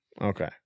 Okay